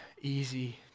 easy